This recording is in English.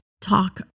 talk